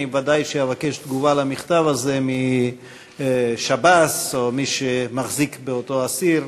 אני בוודאי אבקש תגובה כל המכתב הזה משב"ס או מי שמחזיק באותו אסיר,